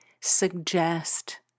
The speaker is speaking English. suggest